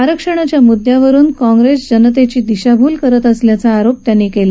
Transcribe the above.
आरक्षणाच्या मुद्यावरुन काँग्रेस जनतेची दिशाभूल करत असल्याचा आरोप त्यांनी केला